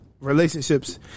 relationships